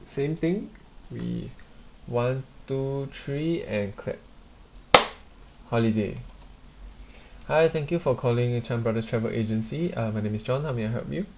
same thing we one two three and clap holiday hi thank you for calling uh chan brothers travel agency uh my name is john how may I help you